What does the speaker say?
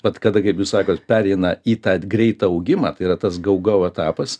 bet kada girdžiu sakant pereina į tą greitą augimą tai yra tas gau gau etapas